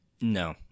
No